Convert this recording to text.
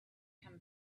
come